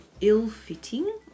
ill-fitting